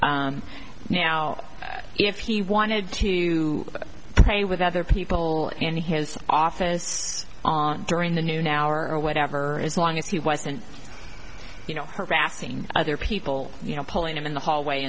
that now if he wanted to play with other people in his office on during the noon hour or whatever as long as he wasn't you know harassing other people you know pulling him in the hallway